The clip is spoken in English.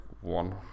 one